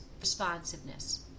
responsiveness